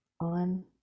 on